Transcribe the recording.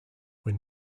when